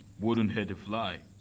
wouldn't hurt a fly.